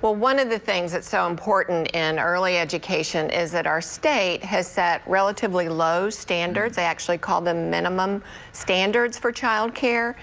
but one of the things that's so important in early education is that our stated has set relatively low standards, they actually call them minimum standards for child care,